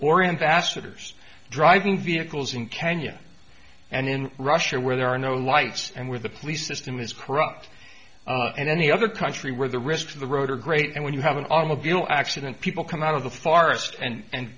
ambassadors driving vehicles in kenya and in russia where there are no lights and where the police system is corrupt and any other country where the risks of the road are great and when you have an automobile accident people come out of the forest and